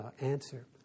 answer